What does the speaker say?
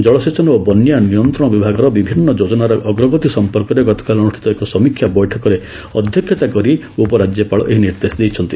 ଜଳସେଚନ ଓ ବନ୍ୟା ନିୟନ୍ତ୍ରଣ ବିଭାଗର ବିଭିନ୍ନ ଯୋଜନାର ଅଗ୍ରଗତି ସମ୍ପର୍କରେ ଗତକାଲି ଅନ୍ଦୁଷ୍ଠିତ ଏକ ସମୀକ୍ଷା ବୈଠକରେ ଅଧ୍ୟକ୍ଷତା କରି ଉପରାଜ୍ୟପାଳ ଏହି ନିର୍ଦ୍ଦେଶ ଦେଇଛନ୍ତି